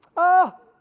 ah,